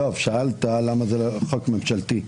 יואב, שאלת למה זה לא חוק ממשלתי.